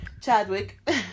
Chadwick